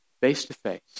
face-to-face